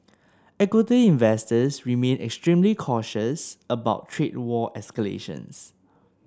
equity investors remain extremely cautious about trade war escalations